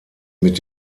mit